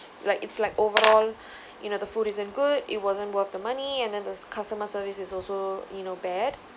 like it's like overall you know the food isn't good it wasn't worth the money and then the customer service is also you know bad